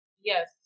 Yes